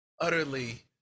utterly